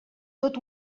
tot